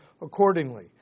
accordingly